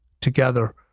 together